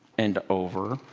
and over,